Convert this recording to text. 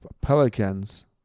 Pelicans